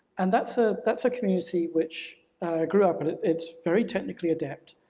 and that's ah that's a community which grew up and it's very technically adept